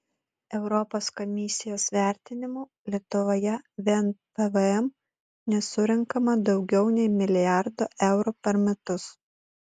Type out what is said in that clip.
europos komisijos vertinimu lietuvoje vien pvm nesurenkama daugiau nei milijardo eurų per metus